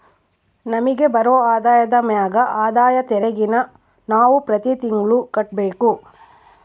ನಮಿಗ್ ಬರೋ ಆದಾಯದ ಮ್ಯಾಗ ಆದಾಯ ತೆರಿಗೆನ ನಾವು ಪ್ರತಿ ತಿಂಗ್ಳು ಕಟ್ಬಕು